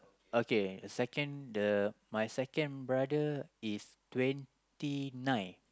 okay second the my second brother is twenty nine